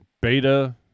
beta